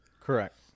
Correct